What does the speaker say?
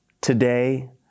Today